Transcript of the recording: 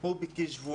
הוא של כשבועיים.